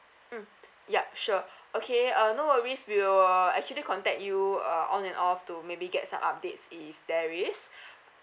mm yup sure okay uh no worries we will actually contact you uh on and off to maybe get some updates if there is